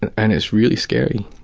and and it's really scary.